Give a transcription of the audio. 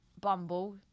Bumble